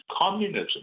communism